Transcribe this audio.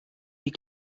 die